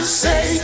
say